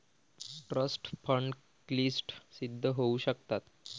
trust fund क्लिष्ट सिद्ध होऊ शकतात